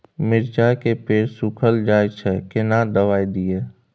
मिर्चाय के पेड़ सुखल जाय छै केना दवाई दियै?